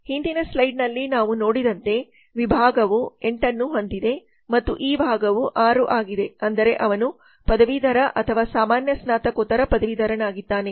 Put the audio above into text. ಹಿಂದಿನ ಸ್ಲೈಡ್ನಲ್ಲಿ ನಾವು ನೋಡಿದಂತೆ ವಿಭಾಗವು 8 ಅನ್ನು ಹೊಂದಿದೆ ಮತ್ತು ಈ ಭಾಗವು 6 ಆಗಿದೆ ಅಂದರೆ ಅವನು ಪದವೀಧರ ಅಥವಾ ಸಾಮಾನ್ಯ ಸ್ನಾತಕೋತ್ತರ ಪದವೀಧರನಾಗಿದ್ದಾನೆ